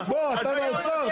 בוא, אתה באוצר,